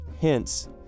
Hence